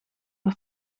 voor